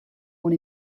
one